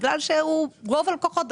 ורוב הלקוחות,